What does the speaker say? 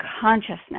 consciousness